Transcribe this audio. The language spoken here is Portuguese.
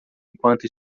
enquanto